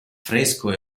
fresco